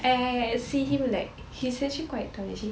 see him like he's actually quite tall actually